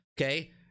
Okay